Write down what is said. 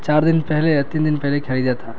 چار دن پہلے یا تین دن پہلے کھڑد جیا تھا